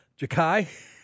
Jakai